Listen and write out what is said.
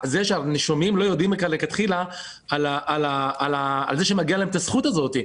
על כך שהנישומים לא יודעים לכתחילה על כך שמגיעה להם הזכות הזאת.